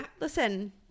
listen